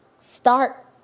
Start